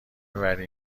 وری